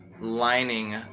lining